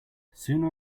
sooner